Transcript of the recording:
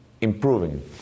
improving